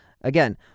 Again